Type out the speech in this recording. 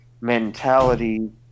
mentality